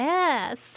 Yes